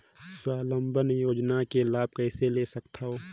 स्वावलंबन योजना के लाभ कइसे ले सकथव?